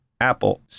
Apple